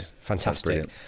fantastic